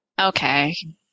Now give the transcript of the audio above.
Okay